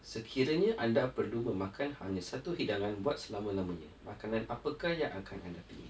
sekiranya anda perlu memakan hanya satu hidangan buat selama-lamanya makanan apakah yang akan anda pilih